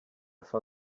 fin